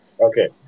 Okay